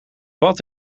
bad